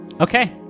Okay